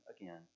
again